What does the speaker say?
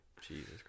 Jesus